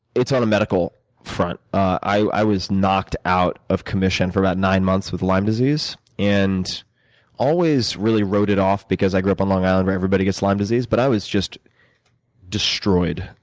it's on a medical front. i was knocked out of commission for about nine months with lyme disease. i and always really wrote it off because i grew up on long island, where everybody gets lyme disease, but i was just destroyed.